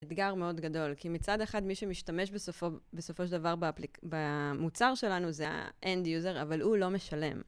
אתגר מאוד גדול, כי מצד אחד מי שמשתמש בסופו של דבר במוצר שלנו זה האנד יוזר, אבל הוא לא משלם.